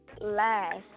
last